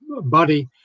body